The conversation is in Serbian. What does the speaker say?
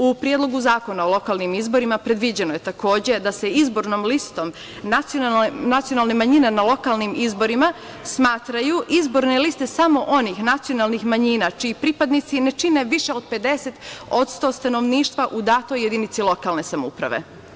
U predlogu zakona o lokalnim izborima predviđeno je takođe da se izbornom listom nacionalne manjine na lokalnim izborima smatraju izborne liste samo onih nacionalnih manjina čiji pripadnici ne čine više od 50% stanovništva u datoj jedinici lokalne samouprave.